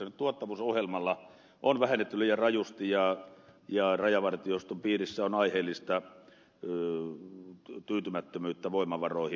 nyt tuottavuusohjelmalla on vähennetty liian rajusti ja rajavartioston piirissä on aiheellista tyytymättömyyttä voimavaroihin